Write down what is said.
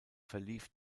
verlief